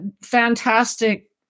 fantastic